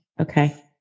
Okay